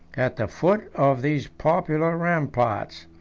at the foot of these popular ramparts,